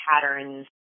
patterns